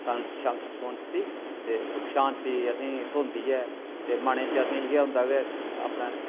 सुख शांति असें गी थ्होंदी ऐ ते मनै च असें गी इ'यै होंदा कि अपने